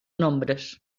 nombres